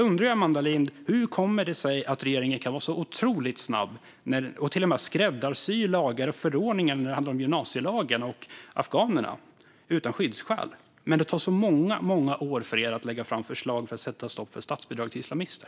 Hur kommer det sig, Amanda Lind, att regeringen kan vara så otroligt snabb och till och med skräddarsy lagar och förordningar som gymnasielagen för afghaner utan skyddsskäl medan det tar många många år för regeringen att lägga fram förslag för att sätta stopp för statsbidrag till islamister?